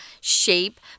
shape